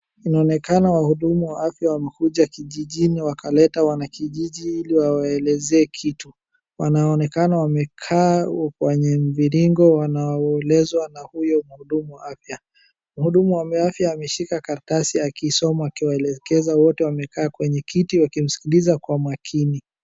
Inaonekana wahudumu wa afya walikuja kijijini wakaleta wanakijiji ili wawaeleze kitu. Wanaonekana wamekaa kwenye mviringo wanaelezwa na huyo mhudumu wa afya. Mhudumu wa afya ameshika kartasi akiisoma akiwaelekeza wote, wamekaa kwenye kiti wakimsikiliza kwa makini.